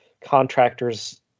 contractors